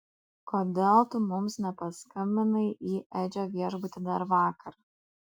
kodėl tu mums nepaskambinai į edžio viešbutį dar vakar